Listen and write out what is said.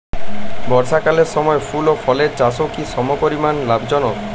বর্ষাকালের সময় ফুল ও ফলের চাষও কি সমপরিমাণ লাভজনক?